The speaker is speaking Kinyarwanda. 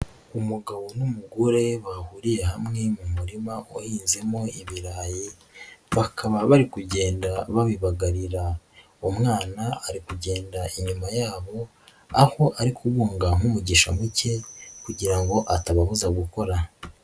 Umugabo n'umugore bahuriye hamwe mu murima wahinzemo ibirayi, bakaba bari kugenda babibagarira, uwo mwana ari kugenda inyuma yabo, aho ari kubunga nk'umugisha muke kugira ngo atababuza gukora.